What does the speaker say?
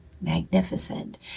magnificent